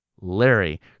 Larry